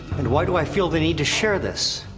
and why do i feel the need to share this?